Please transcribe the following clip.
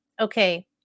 okay